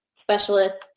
Specialists